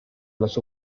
los